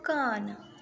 मकान